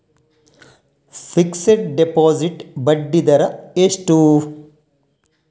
Fixed deposit ಬಡ್ಡಿ ದರ ಎಷ್ಟು?